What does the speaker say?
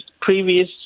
previous